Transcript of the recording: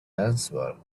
answer